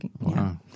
Wow